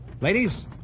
Ladies